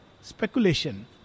speculation